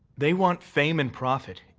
they want fame and profit,